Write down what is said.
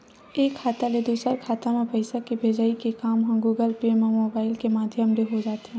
एक खाता ले दूसर खाता म पइसा के भेजई के काम ह गुगल पे म मुबाइल के माधियम ले हो जाथे